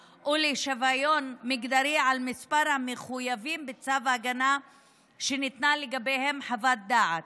ולשוויון מגדרי על מספר המחויבים בצו ההגנה שניתנה לגביהם חוות דעת,